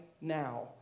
now